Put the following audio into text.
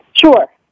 Sure